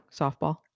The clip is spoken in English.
softball